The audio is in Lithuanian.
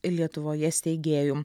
lietuvoje steigėjų